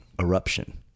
Eruption